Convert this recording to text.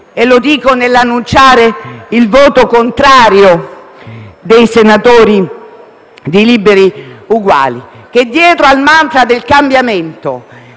e lo dico nell'annunciare il voto contrario dei senatori di Liberi e Uguali: dietro al mantra del cambiamento,